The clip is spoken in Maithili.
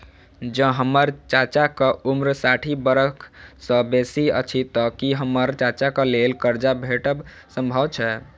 जँ हम्मर चाचाक उम्र साठि बरख सँ बेसी अछि तऽ की हम्मर चाचाक लेल करजा भेटब संभव छै?